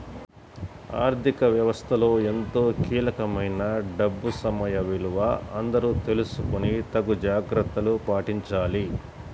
ఆర్ధిక వ్యవస్థలో ఎంతో కీలకమైన డబ్బు సమయ విలువ అందరూ తెలుసుకొని తగు జాగర్తలు పాటించాలి